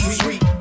sweet